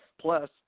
Plus